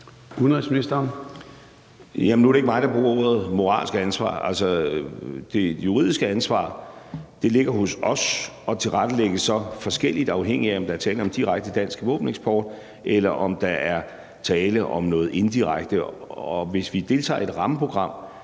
Rasmussen): Jamen nu er det ikke mig, der bruger udtrykket moralsk ansvar. Det juridiske ansvar ligger hos os og tilrettelægges så forskelligt, afhængigt af om der er tale om direkte dansk våbeneksport, eller om der er tale om noget inddirekte. Hvis vi deltager i et rammeprogram